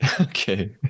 Okay